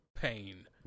pain